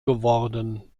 geworden